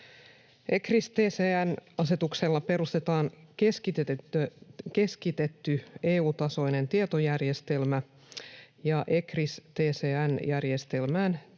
ECRIS-TCN-asetuksella perustetaan keskitetty EU-tasoinen tietojärjestelmä, ja ECRIS-TCN-järjestelmään tehtävien